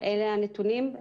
אלה הנתונים.